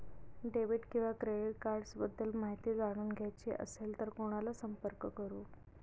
Debit किंवा credit cards बद्दल माहिती जाणून घ्यायची असेल तर कोणाला संपर्क करु?